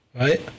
right